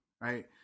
Right